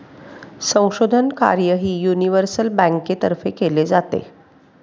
संशोधन कार्यही युनिव्हर्सल बँकेतर्फे केले जाते